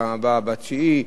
הפעם הבאה בתשיעי.